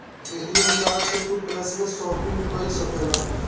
ATM card से तू cashless shopping कई सकेला